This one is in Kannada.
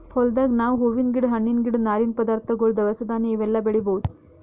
ಹೊಲ್ದಾಗ್ ನಾವ್ ಹೂವಿನ್ ಗಿಡ ಹಣ್ಣಿನ್ ಗಿಡ ನಾರಿನ್ ಪದಾರ್ಥಗೊಳ್ ದವಸ ಧಾನ್ಯ ಇವೆಲ್ಲಾ ಬೆಳಿಬಹುದ್